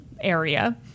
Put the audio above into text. area